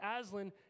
Aslan